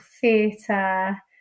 theatre